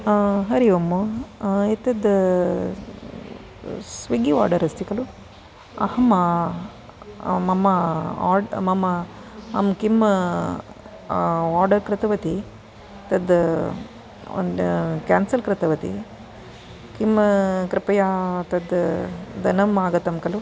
हरि ओम् एतद् Swiggy order अस्ति खलु अहं मम आर्ड् मम अहं किं आर्डर् कृतवती तद् केन्सल् कृतवती किं कृपया तद् धनम् आगतं खलु